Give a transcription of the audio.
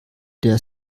der